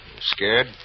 Scared